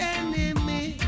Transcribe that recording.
enemy